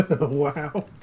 Wow